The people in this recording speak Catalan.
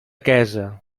quesa